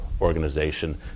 organization